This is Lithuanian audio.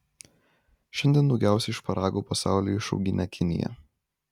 šiandien daugiausiai šparagų pasaulyje išaugina kinija